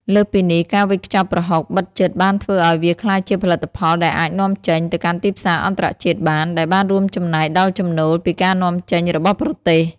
លើសពីនេះ ការវេចខ្ចប់ប្រហុកបិទជិតបានធ្វើឱ្យវាក្លាយជាផលិតផលដែលអាច នាំចេញ ទៅកាន់ទីផ្សារអន្តរជាតិបាន ដែលបានរួមចំណែកដល់ចំណូលពីការនាំចេញរបស់ប្រទេស។